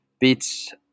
beats